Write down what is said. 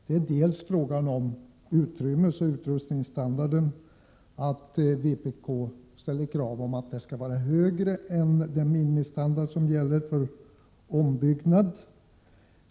Det är först och främst fråga om att vpk ställer krav på att utrymmesoch utrustningsstandarden skall vara högre än den som gäller vid ombyggnad.